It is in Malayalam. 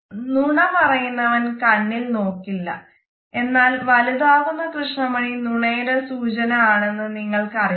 നുണ പറയുന്നവൻ കണ്ണിൽ നോക്കില്ല എന്നാൽ വലുതാകുന്ന കൃഷ്ണമണി നുണയുടെ സൂചന ആണെന്ന് നിങ്ങൾക്ക് അറിയുമോ